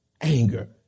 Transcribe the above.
anger